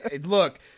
Look